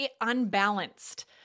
unbalanced